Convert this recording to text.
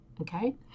okay